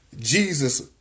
Jesus